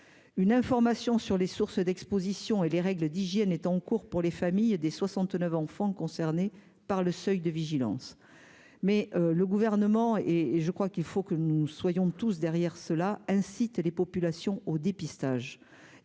une information sur les sources d'Exposition et les règles d'hygiène est en cours pour les familles des 69 enfants concernés par le seuil de vigilance, mais le gouvernement et et je crois qu'il faut que nous soyons tous derrière cela incite les populations au dépistage